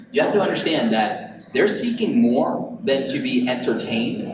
you have to understand that they're seeking more than to be entertained,